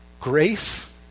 grace